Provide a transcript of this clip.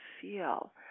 feel